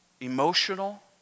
emotional